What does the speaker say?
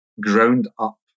ground-up